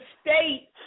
state